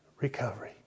recovery